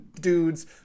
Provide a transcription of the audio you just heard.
dudes